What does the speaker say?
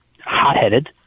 hot-headed